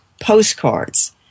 Postcards